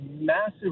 massive